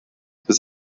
bis